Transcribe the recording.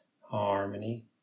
harmony